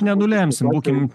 nenulemsim būkim